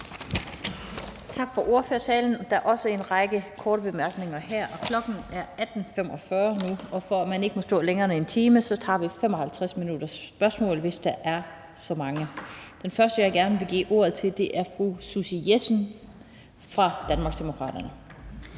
Tak for ordførertalen. Der er også en række korte bemærkninger her, og klokken er 18.45 nu, og fordi man ikke må stå på talerstolen længere end en time, tager vi 55 minutter med spørgsmål nu, hvis der er så mange. Den første, jeg gerne vil give ordet til, er fru Susie Jessen fra Danmarksdemokraterne.